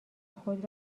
خود